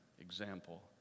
example